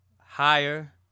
higher